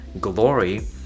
glory